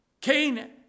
Cain